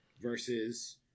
versus